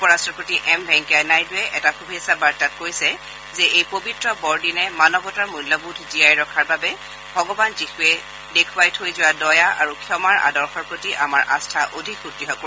উপ ৰাট্টপতি এম ভেংকায়া নাইডুৱে এটা শুভেচ্ছা বাৰ্তাত কৈছে যে এই পবিত্ৰ বৰদিনে মানৱতাৰ মূল্যবোধ জীয়াই ৰখাৰ বাবে ভগৱান যীশুৱে দেখুৱাই থৈ যোৱা দয়া আৰু ক্ষমাৰ আদৰ্শৰ প্ৰতি আমাৰ আস্থা অধিক সূদ্য় কৰিব